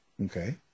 Okay